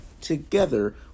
together